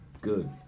good